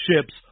ships